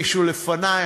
מישהו לפני,